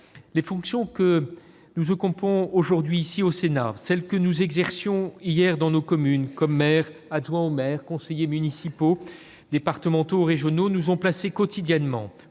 Les fonctions que nous occupons aujourd'hui au Sénat, celles que nous exercions hier dans nos communes, comme maires, adjoints au maire, conseillers municipaux, départementaux ou régionaux, nous ont placés quotidiennement